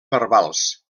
verbals